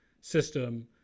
system